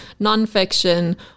nonfiction